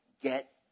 Get